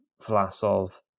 Vlasov